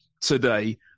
today